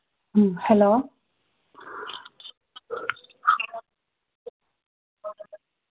ꯎꯝ hello